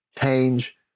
change